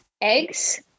eggs